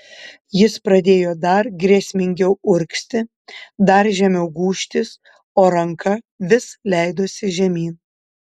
jis pradėjo dar grėsmingiau urgzti dar žemiau gūžtis o ranka vis leidosi žemyn